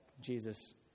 Jesus